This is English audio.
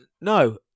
No